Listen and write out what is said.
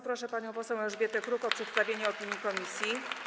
Proszę panią poseł Elżbietę Kruk o przedstawienie opinii komisji.